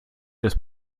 ist